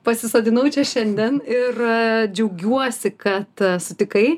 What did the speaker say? pasisodinau čia šiandien ir džiaugiuosi kad sutikai